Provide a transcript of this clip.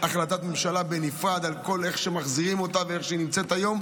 החלטת ממשלה בנפרד על כל איך שמחזירים אותה ואיך שהיא נמצאת היום.